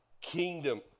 kingdom